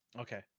Okay